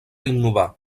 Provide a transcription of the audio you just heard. innovar